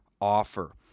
offer